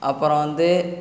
அப்புறம் வந்து